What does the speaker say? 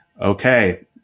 okay